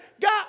God